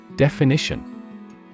Definition